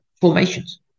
formations